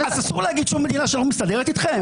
אז אסור להגיד שום מדינה שלא מסדרת איתכם?